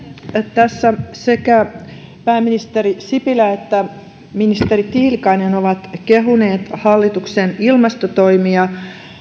tässä sekä pääministeri sipilä että ministeri tiilikainen ovat kehuneet hallituksen ilmastotoimia